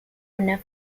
una